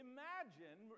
Imagine